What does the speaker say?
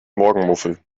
morgenmuffel